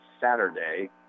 Saturday